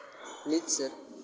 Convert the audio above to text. please sir